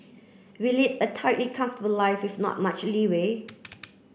we lead a tightly comfortable life with not much leeway